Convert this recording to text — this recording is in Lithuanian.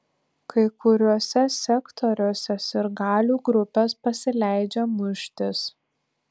kai kuriuose sektoriuose sirgalių grupės pasileidžia muštis